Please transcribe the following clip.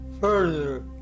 further